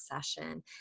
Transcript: session